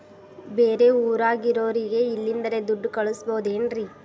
ಬೇರೆ ಊರಾಗಿರೋರಿಗೆ ಇಲ್ಲಿಂದಲೇ ದುಡ್ಡು ಕಳಿಸ್ಬೋದೇನ್ರಿ?